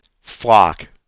flock